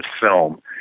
film